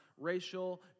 racial